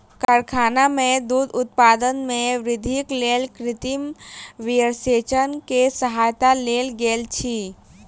कारखाना में दूध उत्पादन में वृद्धिक लेल कृत्रिम वीर्यसेचन के सहायता लेल गेल अछि